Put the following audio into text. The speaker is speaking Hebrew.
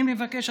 אני מבקש,